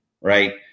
Right